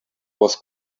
was